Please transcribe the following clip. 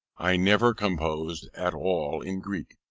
i never composed at all in greek,